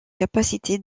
capacité